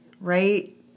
Right